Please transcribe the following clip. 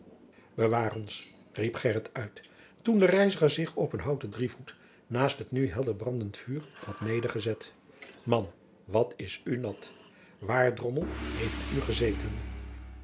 bewaor ons riep gheryt uit toen de reiziger zich op een houten drievoet naast het nu helder brandend vuur had nedergezet man wat is oe nat waôr drommel heit oe ezeten